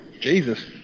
Jesus